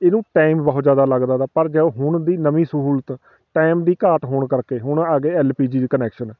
ਇਹਨੂੰ ਟਾਈਮ ਬਹੁਤ ਜ਼ਿਆਦਾ ਲੱਗਦਾ ਤਾ ਪਰ ਜੋ ਹੁਣ ਦੀ ਨਵੀਂ ਸਹੂਲਤ ਟਾਈਮ ਦੀ ਘਾਟ ਹੋਣ ਕਰਕੇ ਹੁਣ ਆ ਗਏ ਐੱਲ ਪੀ ਜੀ ਕਨੈਕਸ਼ਨ